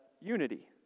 unity